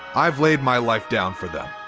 i've laid my life down for them.